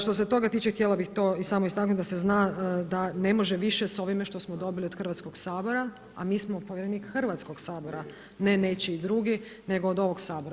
Što se toga tiče, htjela bih to i samo istaknuti da se zna da ne može više s ovime što smo dobili od Hrvatskog sabora, a mi smo povjerenik Hrvatskog sabora, ne nečiji drugi, nego od ovog Sabora.